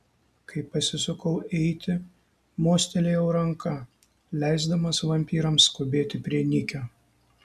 kai pasisukau eiti mostelėjau ranka leisdamas vampyrams skubėti prie nikio